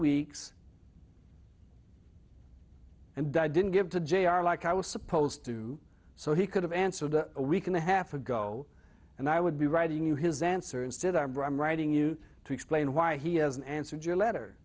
weeks and i didn't give to j r like i was supposed to so he could have answered a week and a half ago and i would be writing you his answer instead arbre i'm writing you to explain why he hasn't answered your let